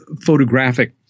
photographic